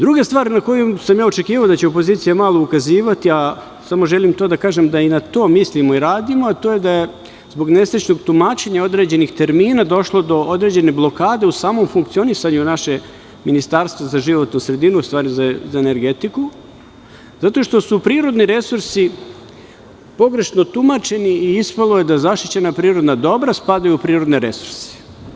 Druga stvar na koju sam ja očekivao da će opozicija malo ukazivati, a samo želim to da kažem da i na to mislimo i radimo, a to je da zbog nesrećnog tumačenja određenih termina, došlo do određene blokade u samom funkcionisanju našeg Ministarstva za životnu sredinu, u stvari za energetiku, zato što su prirodni resursi pogrešno tumačeni i ispalo je da zaštićena prirodna dobra spadaju u prirodne resurse.